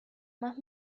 más